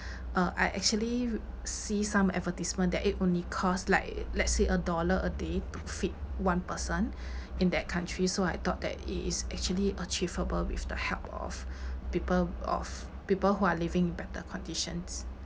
uh I actually see some advertisement that it only cost like let's say a dollar a day to feed one person in that country so I thought that it is actually achievable with the help of people of people who are in living better conditions